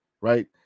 right